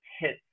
hits